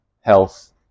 health